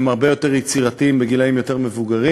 הם הרבה יותר יצירתיים בגילים יותר מבוגרים,